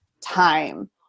time